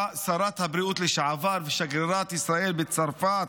שרת הבריאות לשעבר ושגרירת ישראל בצרפת